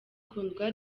kundwa